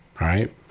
Right